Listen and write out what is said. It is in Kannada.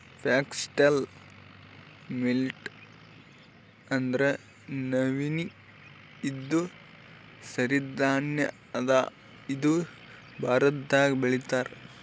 ಫಾಕ್ಸ್ಟೆಲ್ ಮಿಲ್ಲೆಟ್ ಅಂದ್ರ ನವಣಿ ಇದು ಸಿರಿ ಧಾನ್ಯ ಅದಾ ಇದು ಭಾರತ್ದಾಗ್ ಬೆಳಿತಾರ್